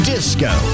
Disco